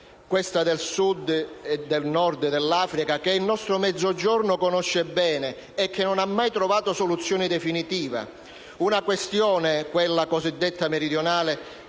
questa del Sud e del Nord dell'Africa, che il nostro Mezzogiorno conosce bene e che non ha mai trovato soluzione definitiva. La questione cosiddetta meridionale